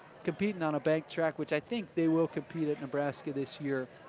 competing on a banked track, which i think they will compete at nebraska this year.